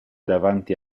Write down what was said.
davanti